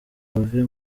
bave